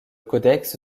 codex